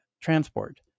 transport